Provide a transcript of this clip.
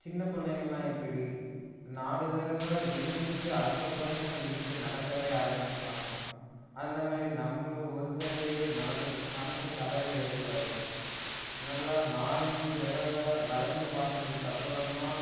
சின்ன பிள்ளைங்கள்லான் எப்படி நாலு தடவை விழுந்துட்டு அதுக்கு அப்புறந்தான் எழுந்துரிச்சி நடக்கவே ஆரமிப்பாங்க அந்தமாரி நம்மளும் ஒரு தடவையே மனச மனசு தளர விடக்கூடாது நல்லா நாலஞ்சி தடவை வரைஞ்சி பார்த்ததுக்கு அப்புறம் தான்